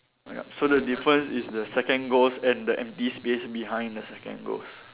ya so the difference is the second ghost and the empty space behind the second ghost